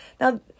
Now